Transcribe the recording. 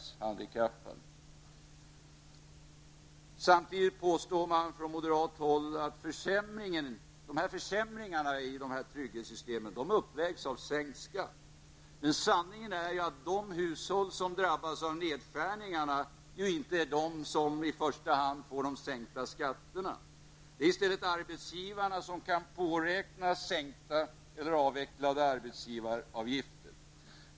Samtidigt påstår moderaterna att dessa försämringar i trygghetssystemen uppvägs av sänkt skatt. Men sanningen är att de hushåll som drabbas av nedskärningar inte i första hand är de som får sänkta skatter. Det är i stället arbetsgivarna som kan påräkna sänkta eller avvecklade arbetsgivaravgifter.